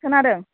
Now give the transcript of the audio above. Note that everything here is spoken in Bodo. खोनादों